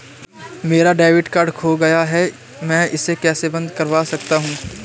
मेरा debit card खो गया है मैं इसे कैसे बंद करवा सकता हूँ?